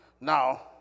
Now